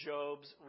Job's